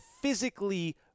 physically